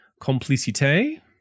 complicité